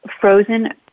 frozen